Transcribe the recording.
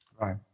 Right